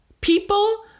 people